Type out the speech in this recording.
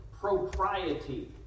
propriety